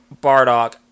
Bardock